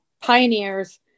Pioneers